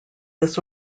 this